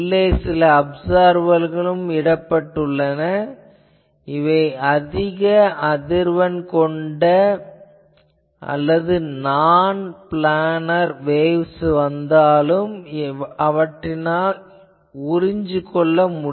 உள்ளே சில அப்சார்பர்கள் இடப்பட்டுள்ளன இவை அதிக அதிர்வெண் கொண்ட அல்லது நான் ப்ளானார் வேவ்ஸ் வந்தாலும் இவற்றினால் உறிஞ்சிக் கொள்கின்றன